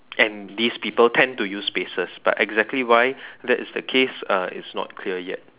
and these people tend to use spaces but exactly why that is the case uh it's not clear yet